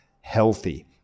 healthy